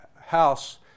house